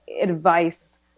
advice